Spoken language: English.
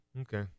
Okay